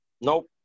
Nope